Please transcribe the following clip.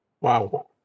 Wow